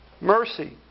Mercy